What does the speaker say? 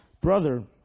brother